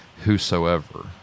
whosoever